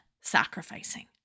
sacrificing